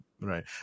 right